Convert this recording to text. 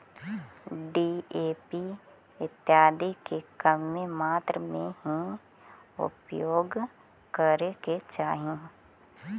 DAP इत्यादि के कमे मात्रा में ही उपयोग करे के चाहि